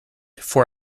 for